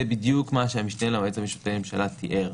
זה בדיוק מה שהמשנה ליועץ המשפטי לממשלה תיאר.